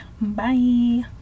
Bye